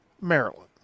Maryland